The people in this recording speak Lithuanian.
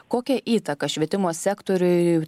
kokią įtaką švietimo sektoriui